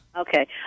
Okay